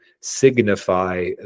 signify